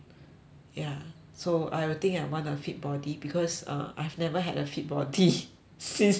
ya so I will think I want a fit body because uh I've never had a fit body since the youngest